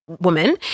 woman